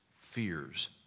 fears